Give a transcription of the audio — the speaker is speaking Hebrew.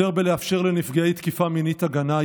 יותר בלאפשר לנפגעי תקיפה מינית הגנה,